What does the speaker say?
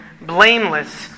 blameless